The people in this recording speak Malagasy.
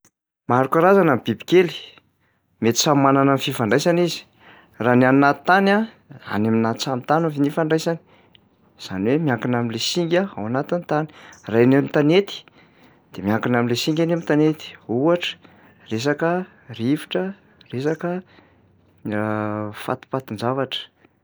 Maro karazana ny biby kely. Mety samy manana ny fifandraisany izy. Raha ny any anaty tany a, any aminà trano tany f- ifandraisany, zany hoe miankina am'le singa ao anatin'ny tany. Raha eny an-tanety de miankina am'le singa eny am'tanety, ohatra resaka rivotra, resaka fatipatin-javatra.